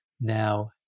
now